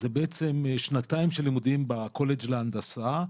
זה בעצם שנתיים של לימודים בקולג' להנדסה.